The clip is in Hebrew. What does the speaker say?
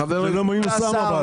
מיושם.